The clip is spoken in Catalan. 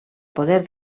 poder